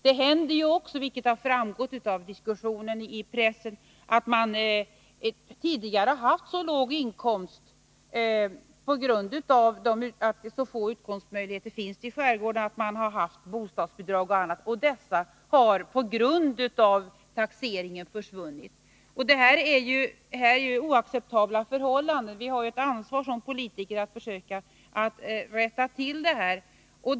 Det har också hänt, vilket har framgått av diskussionen i pressen, att människor som tidigare — på grund av att det finns så få utkomstmöjligheter i skärgården — har haft så låg inkomst att de har fått bostadsbidrag och annan hjälp har förlorat dessa bidrag på grund av taxeringen. Detta är oacceptabla förhållanden, och vi har som politiker ett ansvar att försöka rätta till det här.